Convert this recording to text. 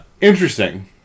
Interesting